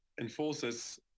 enforces